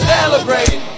Celebrate